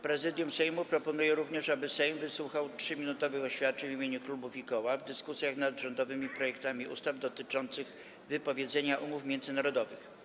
Prezydium Sejmu proponuje również, aby Sejm wysłuchał 3-minutowych oświadczeń w imieniu klubów i koła w dyskusjach nad rządowymi projektami ustaw dotyczących wypowiedzenia umów międzynarodowych.